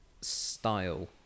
style